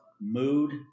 mood